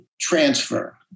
transfer